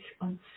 on